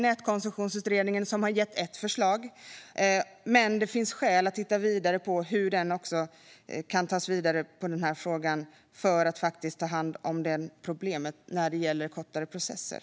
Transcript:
Nätkoncessionsutredningen har gett ett förslag, men det finns skäl att titta vidare på hur det kan tas vidare för att ta hand om problemet när det gäller kortare processer.